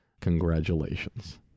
Congratulations